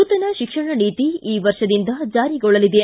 ನೂತನ ಶಿಕ್ಷಣ ನೀತಿ ಈ ವರ್ಷದಿಂದ ಜಾರಿಗೊಳ್ಳಲಿದೆ